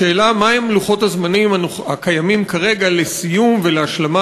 השאלה מה הם לוחות הזמנים הקיימים כרגע לסיום ולהשלמה